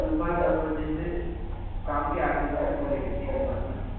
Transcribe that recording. सुबह दस बजे से शाम के आठ बजे खुली रहती है दुकान मैंम